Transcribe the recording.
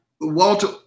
Walter